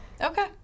Okay